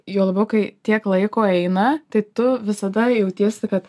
juo labiau kai tiek laiko eina tai tu visada jautiesi kad